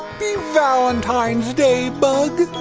valentine's day, bug.